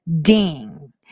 Ding